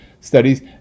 studies